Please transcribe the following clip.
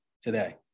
today